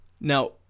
Now